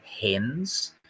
hens